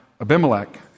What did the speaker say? Abimelech